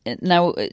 Now